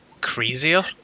crazier